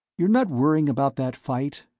you're not worrying about that fight?